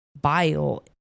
bile